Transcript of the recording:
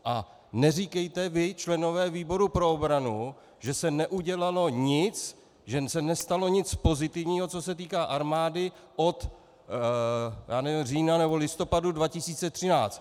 A neříkejte vy, členové výboru pro obranu, že se neudělalo nic, že se nestalo nic pozitivního, co se týká armády, od, já nevím, října nebo listopadu 2013.